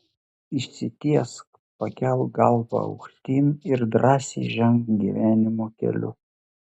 išsitiesk pakelk galvą aukštyn ir drąsiai ženk gyvenimo keliu